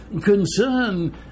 concern